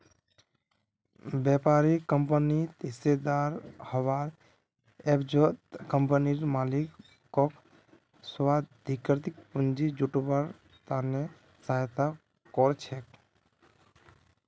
व्यापारी कंपनित हिस्सेदार हबार एवजत कंपनीर मालिकक स्वाधिकृत पूंजी जुटव्वार त न सहायता कर छेक